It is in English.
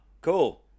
cool